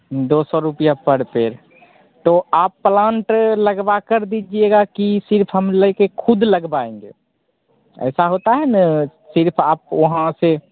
दो सौ रुपया पर पेड़ तो आप प्लांट लगवाकर दीजिएगा कि सिर्फ़ हम लेकर खुद लगवाएँगे ऐसा होता है ना सिर्फ़ आप वहाँ से